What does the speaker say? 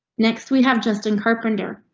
next we have justin carpenter.